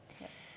Yes